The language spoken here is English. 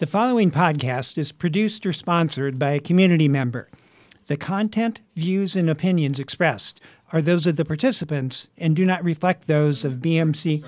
the following podcast is produced or sponsored by a community member the content views and opinions expressed are those of the participants and do not reflect those of b m